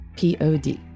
Pod